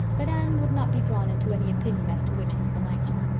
but anne would not be drawn into any opinion as to which was the nicer.